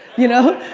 you know?